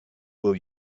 will